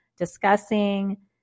discussing